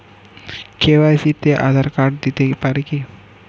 KYC তে Aadhaar card দিতে পারি কি?